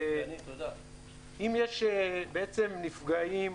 אם יש נפגעים,